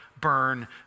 burn